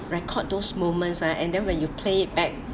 record those moments ah and then when you play it back